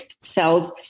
cells